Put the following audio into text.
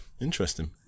interesting